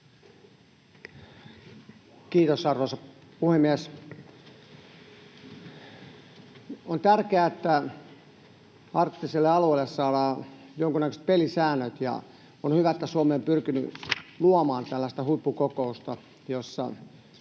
Kiitos, arvoisa puhemies! On tärkeää, että arktiselle alueelle saadaan jonkunnäköiset pelisäännöt, ja on hyvä, että Suomi on pyrkinyt luomaan tällaista huippukokousta, jossa